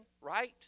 right